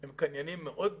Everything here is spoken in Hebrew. הם קניינים מאוד גדולים.